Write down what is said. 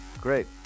Great